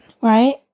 right